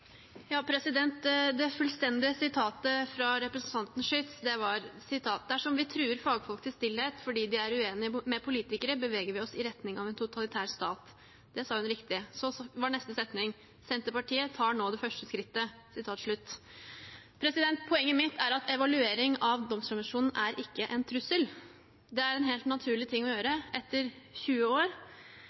Det fullstendige sitatet fra representanten Solveig Schytz var: «Dersom vi truer fagfolk til stillhet fordi de er uenige med politikere, beveger vi oss i retning av en totalitær stat.» Det sa hun riktig. Neste setning var: «Senterpartiet tar nå det første skrittet.» Poenget mitt er at en evaluering av Domstoladministrasjonen ikke er en trussel. Det er en helt naturlig ting å gjøre etter 20 år,